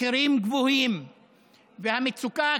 מחירים גבוהים והמצוקה הכלכלית,